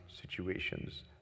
situations